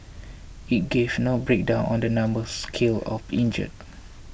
it gave no breakdown on the numbers killed or injured